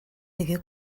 теге